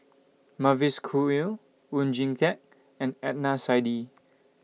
Mavis Khoo Oei Oon Jin Teik and Adnan Saidi